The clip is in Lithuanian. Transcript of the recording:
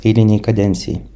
eilinei kadencijai